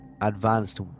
advanced